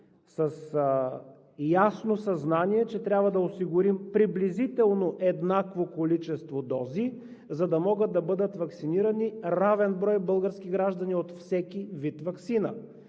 с ясното съзнание, че трябва да осигурим приблизително еднакво количество дози, за да могат да бъдат ваксинирани равен брой български граждани от всеки вид ваксина,